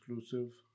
exclusive